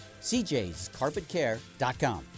cjscarpetcare.com